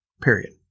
Period